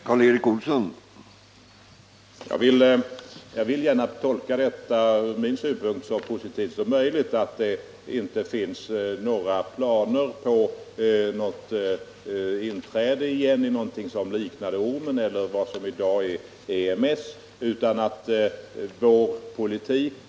Herr talman! Jag vill tolka detta ur min synpunkt så positivt som möjligt, dvs. så att det inte finns planer på inträde i något samarbete som liknar ormen eller vad som i dag är EMS och att vi i vissa hänseenden skall föra en självständig politik.